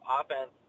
offense